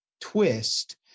twist